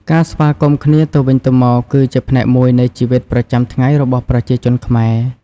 ការស្វាគមន៍គ្នាទៅវិញទៅមក គឺជាផ្នែកមួយនៃជីវិតប្រចាំថ្ងៃរបស់ប្រជាជនខ្មែរ។